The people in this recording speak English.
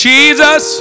Jesus